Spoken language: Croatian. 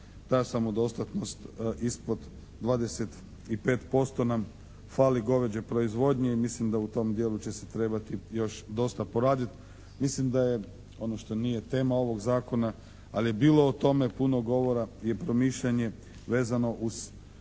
ta samodostatnost ispod 25% nam fali goveđe proizvodnje i mislim da u tom dijelu će se trebati još dosta poraditi. Mislim da je, ono što nije tema ovog Zakona, ali je bilo o tome puno govora je promišljanje vezano uz